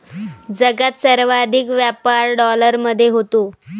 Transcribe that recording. जगात सर्वाधिक व्यापार डॉलरमध्ये होतो